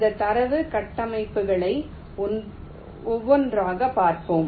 இந்த தரவு கட்டமைப்புகளை ஒவ்வொன்றாகப் பார்ப்போம்